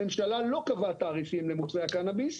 הממשלה לא קבעה תעריפים למוצרי הקנביס,